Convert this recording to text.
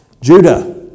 Judah